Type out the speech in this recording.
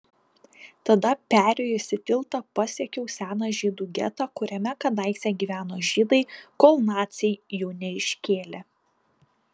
tada perėjusi tiltą pasiekiau seną žydų getą kuriame kadaise gyveno žydai kol naciai jų neiškėlė